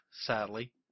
sadly